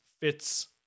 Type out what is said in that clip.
fits